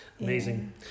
amazing